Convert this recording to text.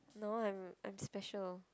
no I'm I'm special